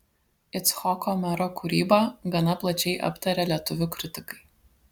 icchoko mero kūrybą gana plačiai aptarė lietuvių kritikai